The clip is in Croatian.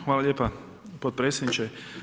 Hvala lijepa potpredsjedniče.